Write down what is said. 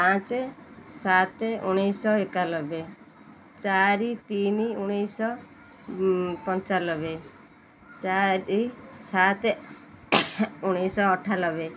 ପାଞ୍ଚ ସାତ ଉଣେଇଶହ ଏକାନବେ ଚାରି ତିନି ଉଣେଇଶହ ପଞ୍ଚାନବେ ଚାରି ସାତ ଉଣେଇଶହ ଅଠାନବେ